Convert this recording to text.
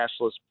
cashless